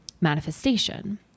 manifestation